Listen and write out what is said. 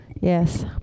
Yes